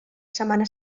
setmana